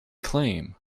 claim